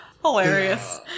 hilarious